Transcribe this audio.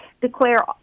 Declare